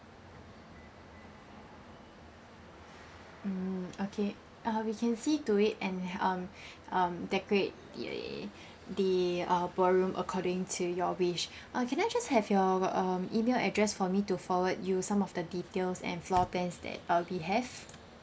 mm okay uh we can see to it and um um decorate the the uh ballroom according to your wish uh can I just have your um email address for me to forward you some of the details and floor plans that uh we have